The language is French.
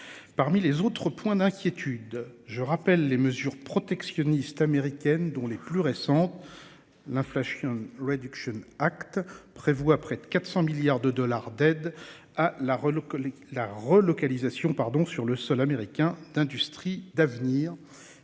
Parmi les autres points d'inquiétude. Je rappelle les mesures protectionnistes américaines, dont les plus récentes. L'inflation réduction Act prévoit près de 400 milliards de dollars d'aide à la relou que les la relocalisation pardon sur le sol américain d'industrie d'avenir.